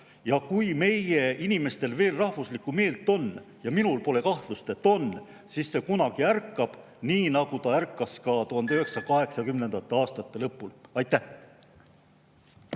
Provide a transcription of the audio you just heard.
Kui meie inimestel on veel rahvuslikku meelt – ja minul pole kahtlust, et on –, siis kunagi see ärkab, nii nagu ärkas ka 1980. aastate lõpul. Aitäh!